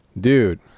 Dude